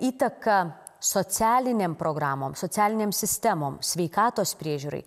įtaka socialinėm programom socialinėm sistemom sveikatos priežiūrai